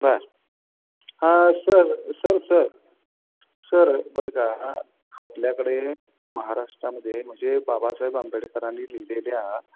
बरं हां sir sir sir sir बरं का आपल्याकडे महाराष्ट्रामध्ये म्हणजे बाबासाहेब आंबेडकरांनी लिहिलेल्या